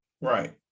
Right